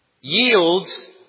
yields